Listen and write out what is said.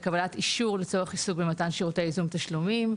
לקבלת אישור לצורך עיסוק במתן שירותי ייזום תשלומים.